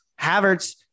Havertz